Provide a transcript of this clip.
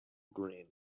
green